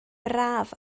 braf